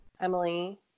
Emily